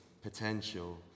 potential